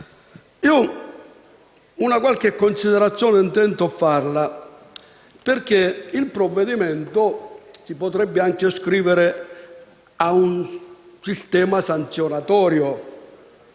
fare qualche considerazione perché il provvedimento si potrebbe anche ascrivere a un sistema sanzionatorio: